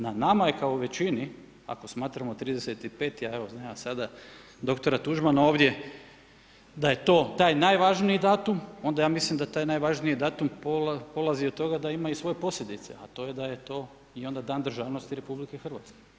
Na nama je kao većini ako smatramo 30. 05. a evo nema sada dr. Tuđmana ovdje da je to taj najvažniji datum, onda ja mislim da taj najvažniji datum polazi od toga da ima i svoje posljedice, a to je da je to i onda Dan državnosti Republike Hrvatske.